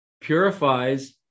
Purifies